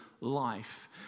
life